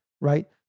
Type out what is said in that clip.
right